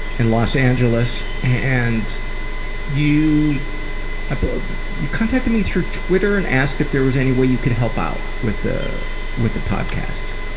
in los angeles and you but ah you contacted me through twitter and asked if there was any way you could help out with the with the podcast.